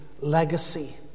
legacy